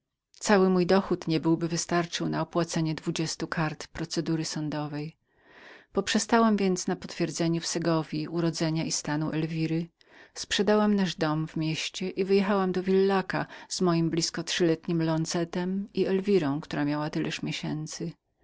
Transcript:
cały mój dochód nie byłby wystarczył na opłacenie dwudziestu kart procedury sądowej poprzestałam więc na potwierdzeniu w segowji urodzenia i stanu elwiry sprzedałam nasz dom w mieście i wyjechałam do villaca z moim blizko trzechletnim lonzetem i elwirą która miała tyleż miesięcy